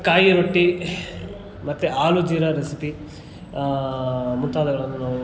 ಕಾಯಿಯ ರೊಟ್ಟಿ ಮತ್ತು ಆಲೂ ಜೀರ ರೆಸಿಪಿ ಮುಂತಾದವ್ಗಳನ್ನು ನಾವು